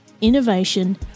innovation